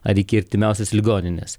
ar iki artimiausios ligoninės